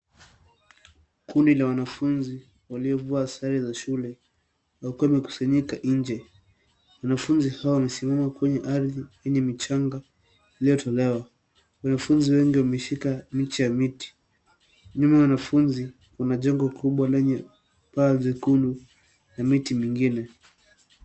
Kundi la wanafunzi waliovaa sare za shule, wakiwa wamekusanyika nje. Wanafunzi hao wamesimama kwenye ardhi yenye michanga iliyotolewa. Wanafunzi wengi wameshika miche ya miti. Nyuma ya wanafunzi, kuna jengo kubwa lenye paa jekundu na miti mingine.